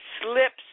slips